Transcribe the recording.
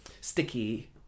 sticky